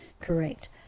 correct